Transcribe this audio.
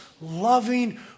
loving